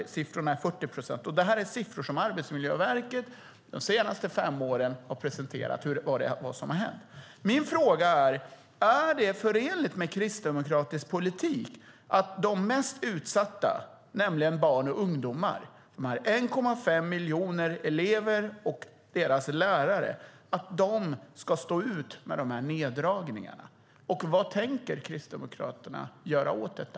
Siffrorna är 40 procent. Det här är siffror som Arbetsmiljöverket har presenterat under de senaste fem åren. Är det förenligt med kristdemokratisk politik att de mest utsatta, nämligen barn och ungdomar, 1,5 miljoner elever och deras lärare, ska stå ut med neddragningarna? Vad tänker Kristdemokraterna göra åt detta?